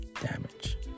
damage